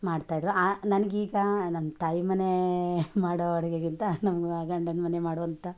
ಮಾಡ್ತಾಯಿದ್ದರು ಆ ನನಗೆ ಈಗ ನನ್ನ ತಾಯಿ ಮನೆ ಮಾಡೋ ಅಡುಗೆಗಿಂತ ನಮ್ಮ ಗಂಡನ ಮನೆ ಮಾಡೋ ಅಂಥ